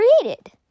created